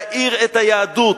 להאיר את היהדות,